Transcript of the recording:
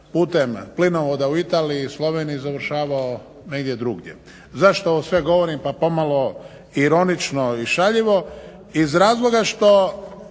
putem plinovoda u Italiji i Sloveniji završavao negdje drugdje. Zašto ovo sve govorim pa pomalo ironično i šaljivo? Iz razloga reći